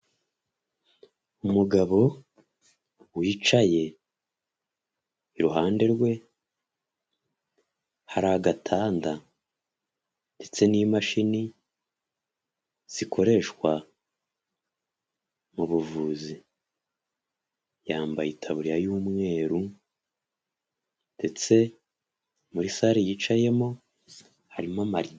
Umugabo wicaye iruhande rwe hari agatanda ndetse n'imashini zikoreshwa mu buvuzi yambaye itaburiya y'umweru ndetse muri sare yicayemo harimo amarido.